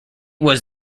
was